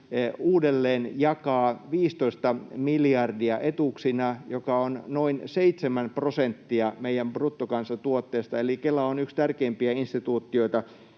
uudelleen jakaa 15 miljardia etuuksina, mikä on noin 7 prosenttia meidän bruttokansantuotteesta, eli Kela on yksi tärkeimpiä instituutioita